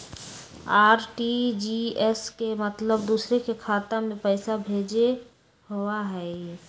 RTGS के मतलब दूसरे के खाता में पईसा भेजे होअ हई?